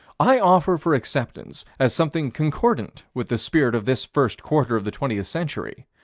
i offer for acceptance, as something concordant with the spirit of this first quarter of the twentieth century,